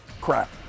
Crap